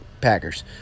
packers